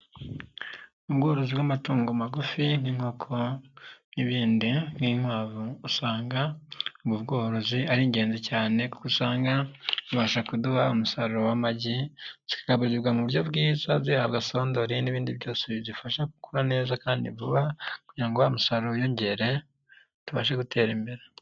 Ubworozi bw'amatungo magufi nk'inkoko n'ibindi nk'inkwavu usanga ubwo bworozi ari ingenzi cyane kuko usanga bubasha kuduha umusaruro w'amagi, zigaburirwa mu buryo bwiza, zihabwa sondori n'ibindi byose bizifasha gukura neza kandi vuba kugira ngo wa musaruro wiyongere tubashe gutera imbere.